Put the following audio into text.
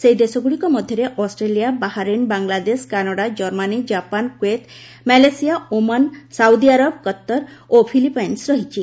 ସେହିଦେଶଗୁଡ଼ିକ ମଧ୍ୟରେ Australia Bahrain Bangladesh Canada Germany Japan Kuwait Malaysia Oman Saudi Arabia Qatar ଓ Philippines ରହିଛି